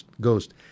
Ghost